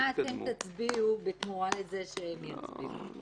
מה אתם תצביעו בתמורה שהם יצביעו.